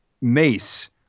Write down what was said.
Mace